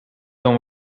dan